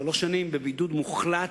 בבידוד מוחלט.